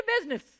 business